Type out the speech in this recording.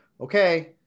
okay